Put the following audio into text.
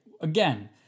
Again